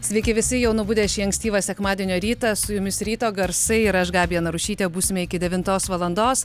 sveiki visi jau nubudę šį ankstyvą sekmadienio rytą su jumis ryto garsai ir aš gabija narušytė būsime iki devintos valandos